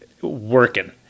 working